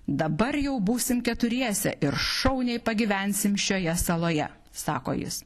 dabar jau būsim keturiese ir šauniai pagyvensim šioje saloje sako jis